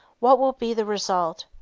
what will be the result?